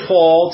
Paul